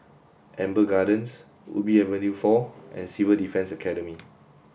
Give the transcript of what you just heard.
Amber Gardens Ubi Avenue four and Civil Defence Academy